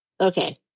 Okay